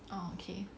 oh okay